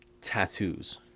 tattoos